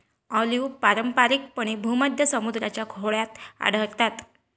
olive पारंपारिकपणे भूमध्य समुद्राच्या खोऱ्यात आढळतात